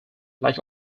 like